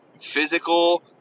physical